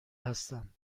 هستم